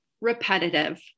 repetitive